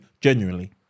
Genuinely